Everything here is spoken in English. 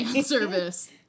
service